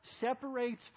separates